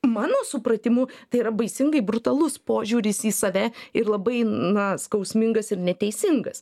mano supratimu tai yra baisingai brutalus požiūris į save ir labai na skausmingas ir neteisingas